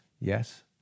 Yes